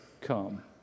come